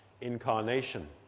incarnation